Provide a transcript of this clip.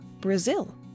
Brazil